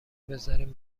بذارین